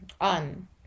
on